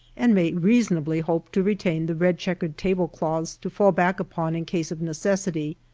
and may reasonably hope to retain the red checkered tablecloths to fall back upon in case of necessity.